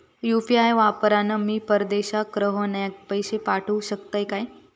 UPI वापरान मी परदेशाक रव्हनाऱ्याक पैशे पाठवु शकतय काय?